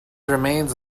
remains